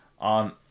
on